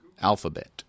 Alphabet